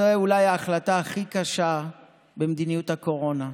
זאת אולי ההחלטה הכי קשה במדיניות הקורונה.